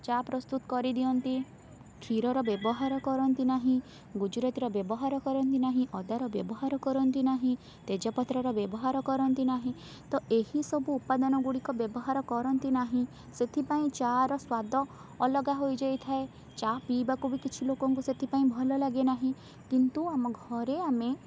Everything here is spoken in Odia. ଚା' ପ୍ରସ୍ତୁତ କରି ଦିଅନ୍ତି କ୍ଷୀରର ବ୍ୟବହାର କରନ୍ତି ନାହିଁ ଗୁଜୁରାତିର ବ୍ୟବହାର କରନ୍ତି ନାହିଁ ଅଦାର ବ୍ୟବହାର କରନ୍ତି ନାହିଁ ତେଜପତ୍ରର ବ୍ୟବହାର କରନ୍ତି ନାହିଁ ତ ଏହି ସବୁ ଉପାଦାନ ଗୁଡ଼ିକ ବ୍ୟବହାର କରନ୍ତି ନାହିଁ ସେଥିପାଇଁ ଚା' ର ସ୍ୱାଦ ଅଲଗା ହୋଇଯାଇଥାଏ ଚା' ପିଇବାକୁ ବି କିଛି ଲୋକଙ୍କୁ ସେଥିପାଇଁ ଭଲ ଲାଗେ ନାହିଁ କିନ୍ତୁ ଆମ ଘରେ ଆମେ